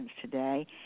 today